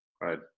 Right